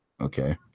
Okay